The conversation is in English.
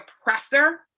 oppressor